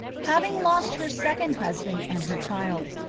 having lost her second husband and her child,